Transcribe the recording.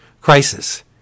crisis